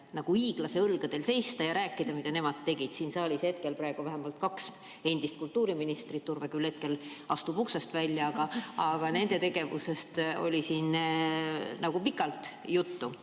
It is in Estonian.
hiiglaseõlgadel seista ja rääkida, mida nemad tegid. Siin saalis on praegu vähemalt kaks endist kultuuriministrit – Urve küll hetkel astub uksest välja – ja nende tegevusest oli siin pikalt juttu.